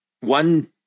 one